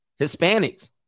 Hispanics